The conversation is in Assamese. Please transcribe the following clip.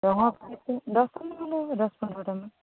ৰঙৰ দহ পোন্ধৰটামান